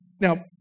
Now